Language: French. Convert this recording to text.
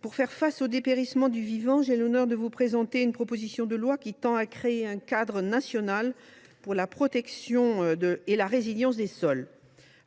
pour faire face au dépérissement du vivant, j’ai l’honneur de vous présenter une proposition de loi tendant à créer un cadre national pour la protection et la résilience des sols.